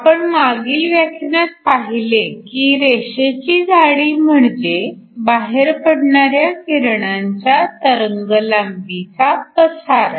आपण मागील व्याख्यानात पाहिले की रेषेची जाडी म्हणजे बाहेर पडणाऱ्या किरणांच्या तरंगलांबीचा पसारा